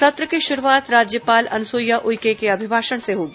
सत्र की शुरूआत राज्यपाल अनसुईया उइके के अभिभाषण से होगी